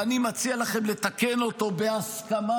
אני מציע לכם לתקן אותו בהסכמה,